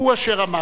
הוא אשר אמרתי.